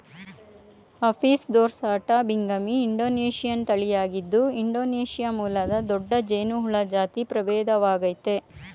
Apis dorsata binghami Indonesian ತಳಿಯಾಗಿದ್ದು Indonesia ಮೂಲದ ದೊಡ್ಡ ಜೇನುಹುಳ ಜಾತಿ ಪ್ರಭೇದವಾಗಯ್ತೆ